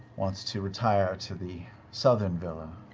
wants to retire to the southern villa.